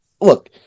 look